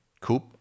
coop